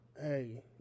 hey